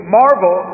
marvel